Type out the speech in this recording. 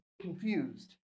confused